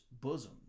bosom